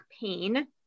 pain